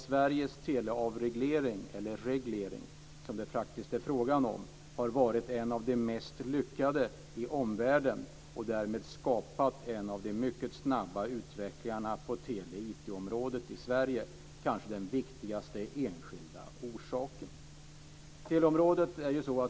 Sveriges teleavreglering, eller reglering som det praktiskt är fråga om, har varit en av de mest lyckade i omvärlden och därmed skapat en av de snabbaste utvecklingarna på tele och IT-området i Sverige - kanske den viktigaste enskilda orsaken.